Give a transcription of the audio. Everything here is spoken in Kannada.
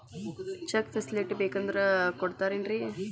ಚೆಕ್ ಫೆಸಿಲಿಟಿ ಬೇಕಂದ್ರ ಕೊಡ್ತಾರೇನ್ರಿ?